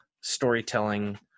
storytelling